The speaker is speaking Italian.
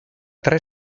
tre